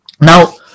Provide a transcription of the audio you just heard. Now